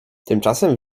tymczasem